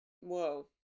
Whoa